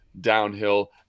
downhill